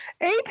AP